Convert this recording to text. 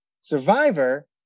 survivor